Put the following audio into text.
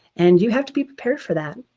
and you have to be prepared for that.